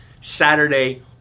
Saturday